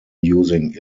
using